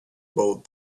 bought